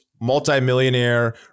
multimillionaire